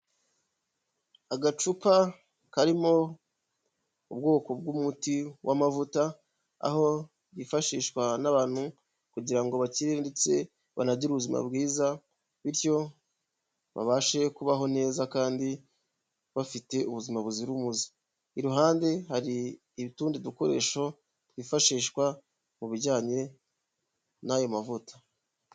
Agacupa karimo ubwoko bw'umuti w'amavuta, aho yifashishwa n'abantu kugira ngo bakire ndetse banagire ubuzima bwiza, bityo babashe kubaho neza kandi bafite ubuzima buzira umuze, iruhande hari utundi dukoresho twifashishwa mu bijyanye n'ayo mavuta.